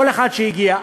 כל אחד שהגיע.